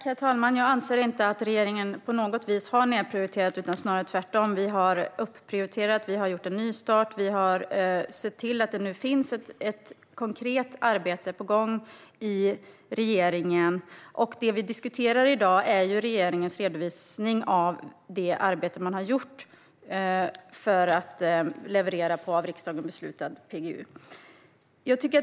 Herr talman! Jag anser inte att regeringen på något vis har nedprioriterat PGU. Tvärtom har vi snarare upprioriterat och gjort en nystart. Nu finns ett konkret arbete på gång i regeringen. Det vi diskuterar i dag är regeringens redovisning av det arbete som har gjorts för att leverera på av riksdagen beslutad PGU.